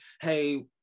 hey